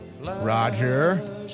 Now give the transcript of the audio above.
Roger